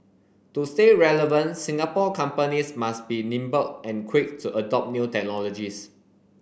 to stay relevant Singapore companies must be nimble and quick to adopt new technologies